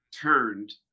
turned